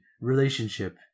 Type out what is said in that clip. relationship